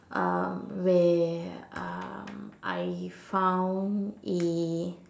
um where um I found a